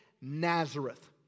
Nazareth